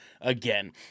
again